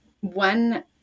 one